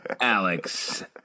Alex